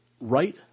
right